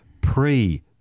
pre